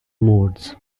modes